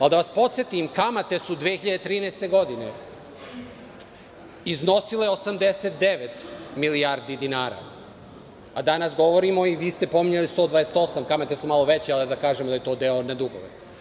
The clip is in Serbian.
Ali, da vas podsetim kamate su 2013. godine iznosile 89 milijardi dinara, a danas govorimo, i vi ste pominjali 128, kamate su malo veće, ali da kažem da je to deo na dugove.